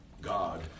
God